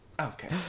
Okay